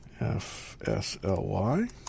FSLY